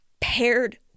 paired